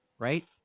Right